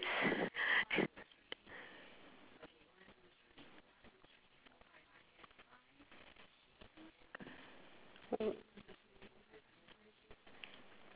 ~s